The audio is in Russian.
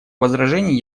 возражений